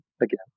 again